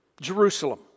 Jerusalem